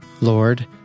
Lord